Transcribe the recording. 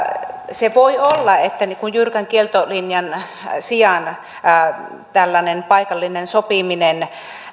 se voi olla että jyrkän kieltolinjan sijaan tällainen paikallinen sopiminen